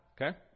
Okay